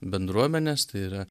bendruomenės tai yra